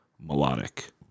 melodic